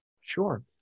Sure